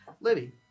Libby